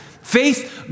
Faith